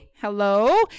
Hello